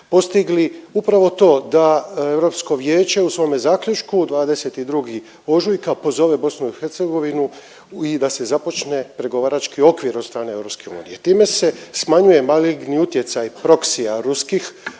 postigli upravo to da Europsko vijeće u svome zaključku 22. ožujka pozove BiH i da se započne pregovarački okvir od strane EU. Time se smanjuje maligni utjecaj proksija ruskih,